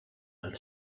als